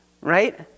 Right